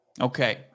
Okay